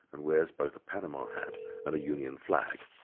and wears both a panama hat and a union flag.